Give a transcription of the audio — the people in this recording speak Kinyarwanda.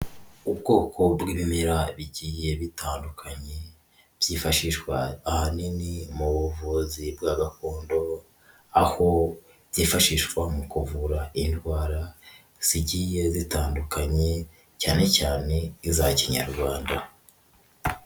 Ubwoko bw'ibimera bigiye bitandukanye, byifashishwa ahanini mu buvuzi bwa gakondo, aho byifashishwa mu kuvura indwara zigiye zitandukanye, cyane cyane iza kinyarwanda.